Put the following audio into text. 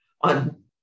on